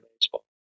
baseball